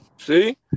See